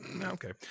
okay